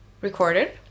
recorded